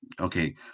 okay